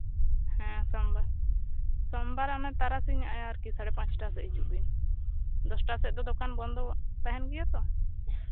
ᱦᱮᱸ ᱥᱳᱢᱵᱟᱨ ᱥᱳᱢᱵᱟᱨ ᱚᱱᱮ ᱛᱟᱨᱟᱥᱤᱧ ᱟᱨᱠᱤ ᱥᱟᱲᱮ ᱯᱟᱸᱪᱴᱟ ᱥᱮᱫ ᱦᱤᱡᱩᱜ ᱵᱤᱱ ᱫᱚᱥᱴᱟ ᱥᱮᱫ ᱫᱚ ᱫᱚᱠᱟᱱ ᱵᱚᱱᱫᱚ ᱛᱟᱦᱮᱱ ᱜᱮᱭᱟ ᱛᱚ